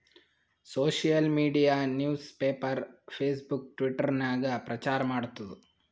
social media news paper, Facebook, Twitter ನಾಗ್ ಪ್ರಚಾರ್ ಮಾಡ್ತುದ್